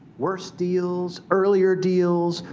worse deals, earlier deals?